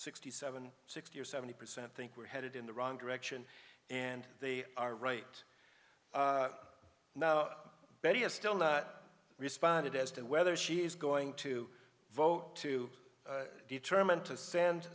sixty seven sixty or seventy percent think we're headed in the wrong direction and they are right now betty has still not responded as to whether she is going to vote to determine to send